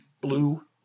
blue